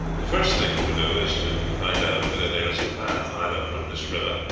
the first thing to do is to find out whether there is a path either from this river,